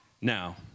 Now